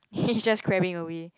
he's just crabbing away